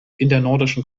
nordischen